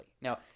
Now